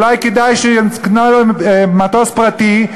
אולי כדאי שהוא יקנה לו מטוס פרטי,